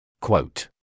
Quote